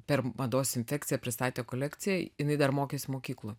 per mados infekciją pristatė kolekciją jinai dar mokėsi mokykloj